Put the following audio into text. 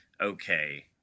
okay